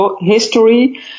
history